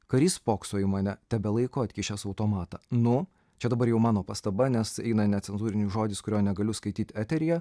karys spokso į mane tebelaiko atkišęs automatą nu čia dabar jau mano pastaba nes eina necenzūrinis žodis kurio negaliu skaityt eteryje